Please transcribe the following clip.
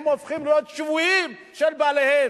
הן הופכות להיות שבויות של בעליהן,